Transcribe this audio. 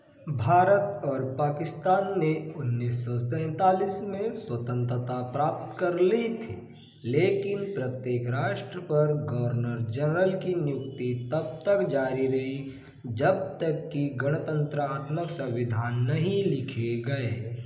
भारत और पाकिस्तान ने उन्नीस सौ सैंतालीस में स्वतंत्रता प्राप्त कर ली थी लेकिन प्रत्येक राष्ट्र पर गवर्नर जनरल की नियुक्ति तब तक जारी रही जब तक कि गणतंत्रात्मक संविधान नहीं लिखे गए